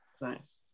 Nice